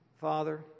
Father